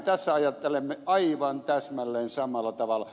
tässä ajattelemme aivan täsmälleen samalla tavalla